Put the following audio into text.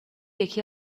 یکی